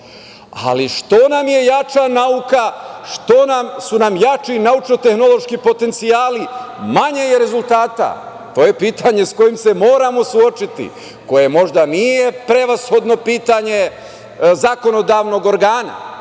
što nam je jača nauka, to su nam jači naučno tehnološki potencijali, manje je rezultata i to je pitanje sa kojim se moramo suočiti, koje možda nije prevshodno pitanje zakonodavnog organa,